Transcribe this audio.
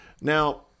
Now